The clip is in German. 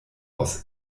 aus